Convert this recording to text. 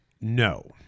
No